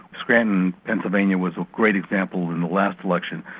scranton pennsylvania was a great example in the last election.